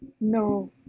No